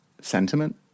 sentiment